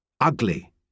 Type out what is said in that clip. Ugly